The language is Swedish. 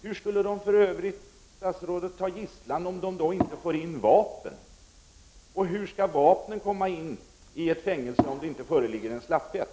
Hur skulle fångarna för övrigt ta gisslan, statsrådet, om de inte får in vapen i fängelserna? Hur skall vapen kunna komma in i ett fängelse om det inte föreligger en slapphet?